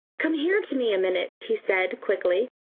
come here to me a minute! he said quickly,